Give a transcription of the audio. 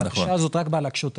הבקשה הזאת רק באה להקשות עליהם.